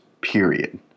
period